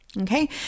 Okay